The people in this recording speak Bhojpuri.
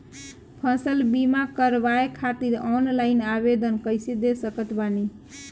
फसल बीमा करवाए खातिर ऑनलाइन आवेदन कइसे दे सकत बानी?